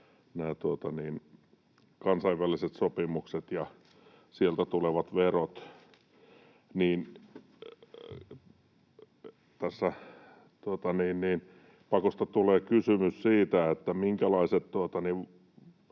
kansainväliset sopimukset ja sieltä tulevat verot — niin tässä pakosta tulee kysymys siitä, minkälaiset